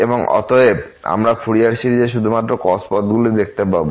এবং অতএব আমরা ফুরিয়ার সিরিজে শুধুমাত্র cos পদগুলি দেখতে পাব